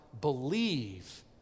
believe